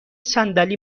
صندلی